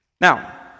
now